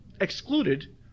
excluded